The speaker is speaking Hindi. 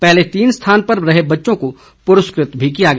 पहले तीन स्थानों पर रहे बच्चों को पुरस्कृत भी किया गया